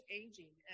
aging